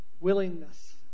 Willingness